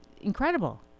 incredible